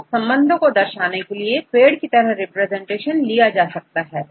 तो संबंधों को दर्शाने के लिए पेड़ की तरह रिप्रेजेंटेशन लिया जा सकता है